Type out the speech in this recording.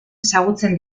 ezagutzen